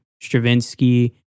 Stravinsky